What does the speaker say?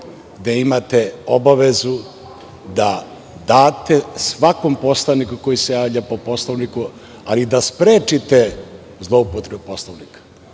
da imate obavezu da date svakom poslaniku koji se javlja po Poslovniku, ali da sprečite zloupotrebu poslovnika. Šta